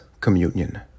communion